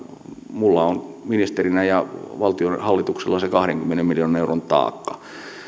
minulla ministerinä ja valtion hallituksella on se kahdenkymmenen miljoonan euron taakka